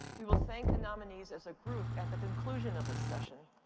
we will thank the nominees as a group at the conclusion of this session.